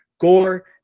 Gore